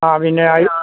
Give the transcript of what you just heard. ആ പിന്നെ